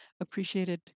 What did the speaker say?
appreciated